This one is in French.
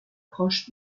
proche